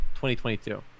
2022